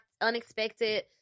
unexpected